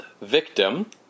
Victim